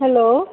hello